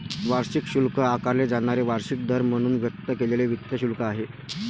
वार्षिक शुल्क आकारले जाणारे वार्षिक दर म्हणून व्यक्त केलेले वित्त शुल्क आहे